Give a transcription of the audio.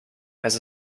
has